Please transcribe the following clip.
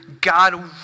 God